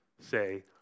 say